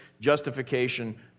justification